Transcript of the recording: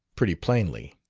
pretty plainly.